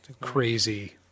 crazy